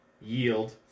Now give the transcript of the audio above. yield